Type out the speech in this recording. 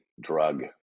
drug